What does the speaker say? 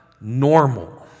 normal